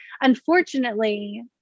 unfortunately